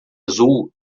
azul